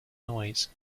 noise